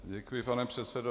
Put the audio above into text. Děkuji, pane předsedo.